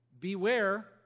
Beware